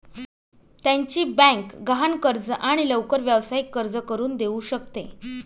त्याची बँक गहाण कर्ज आणि लवकर व्यावसायिक कर्ज करून देऊ शकते